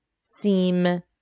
seem